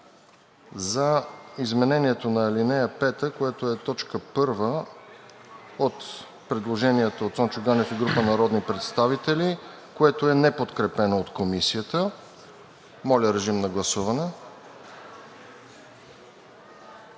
за изменението на ал. 5, което е т. 1 от предложението от Цончо Ганев и група народни представители, което е неподкрепено от Комисията. Гласували